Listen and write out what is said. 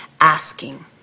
asking